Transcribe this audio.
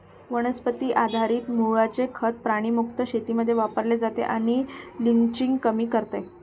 वनस्पती आधारित मूळचे खत प्राणी मुक्त शेतीमध्ये वापरले जाते आणि लिचिंग कमी करते